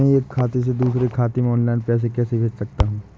मैं एक खाते से दूसरे खाते में ऑनलाइन पैसे कैसे भेज सकता हूँ?